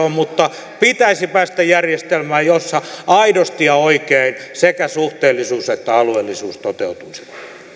ovat mutta pitäisi päästä järjestelmään jossa aidosti ja oikein sekä suhteellisuus että alueellisuus toteutuisivat